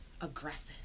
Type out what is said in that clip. aggressive